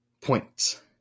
points